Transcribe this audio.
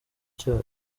cyacu